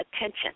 attention